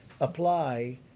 apply